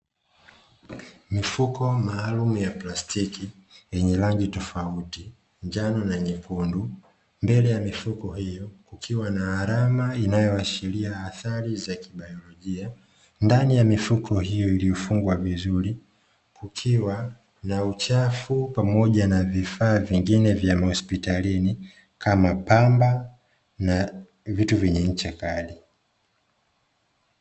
Mifuko maalumu ya plastiki yenye rangi tofauti, njano na nyekundu, mbele ya mifuko hiyo kukiwa na alama, inayoashiria athari za kibailojia, ndani ya mifuko hiyo iliyofungwa vizuri kukiwa na uchafu pamoja na vifaa vingine vya hospitalini, kama vile pamba na vitu vyenye ncha kali.